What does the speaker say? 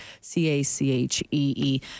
C-A-C-H-E-E